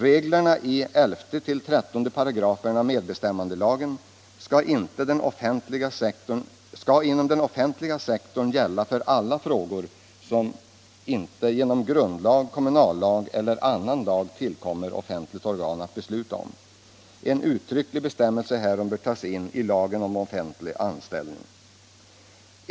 Reglerna i 11-13 §§ medbestämmandelagen skall inom den offentliga sektorn gälla för alla frågor som inte genom grundlag, kommunallag eller annan lag tillkommer offentligt organ att besluta om. En uttrycklig bestämmelse härom bör tas in i lagen om offentlig anställning.